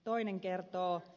toinen kertoo